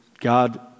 God